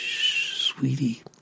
Sweetie